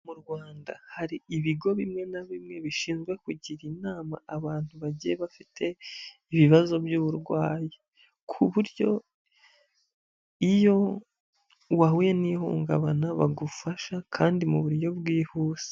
Mu Rwanda hari ibigo bimwe na bimwe bishinzwe kugira inama abantu bagiye bafite ibibazo by'uburwayi, ku buryo iyo wahuye n'ihungabana bagufasha kandi mu buryo bwihuse.